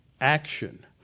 action